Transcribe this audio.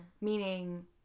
meaning